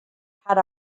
had